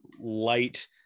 light